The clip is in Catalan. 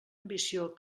ambició